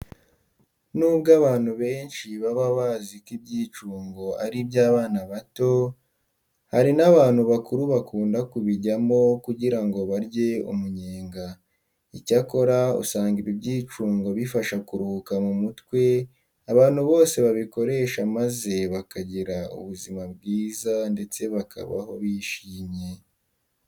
N'ubwo abantu benshi baba bazi ko ibyicungo ari iby'abana bato, hari n'abantu bakuru bakunda kubijyamo kugira ngo barye umunyenga. Icyakora usanga ibi byicungo bifasha kuruhuka mu mutwe abantu bose babikoresha maze bakagira ubuzima bwiza ndetse bakabaho bishimye.